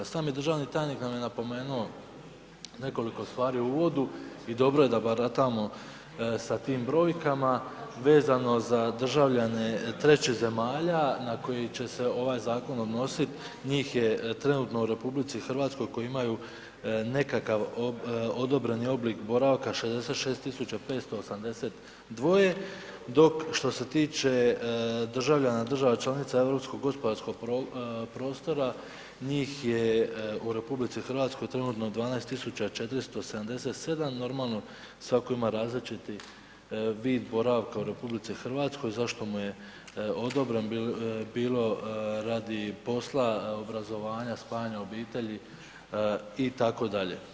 Sami državni tajnik nam je napomenuo nekoliko stvari u uvodu i dobro je da baratamo sa tim brojkama vezano za državljane trećih zemalja na koji će se ovaj zakon odnosit, njih je trenutno u RH koji imaju nekakav odobreni oblik boravka 66582, dok što se tiče državljana država članica Europskog gospodarskog prostora, njih je u RH trenutno 12477, normalno svako ima različiti vid boravka u RH zašto mu je odobren, bilo radi posla, obrazovanja, spajanja obitelji itd.